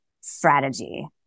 strategy